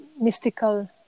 mystical